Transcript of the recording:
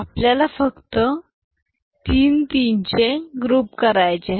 आपल्याला फक्त 3 3 चे ग्रुप करायचे आहेत